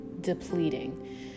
depleting